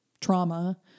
trauma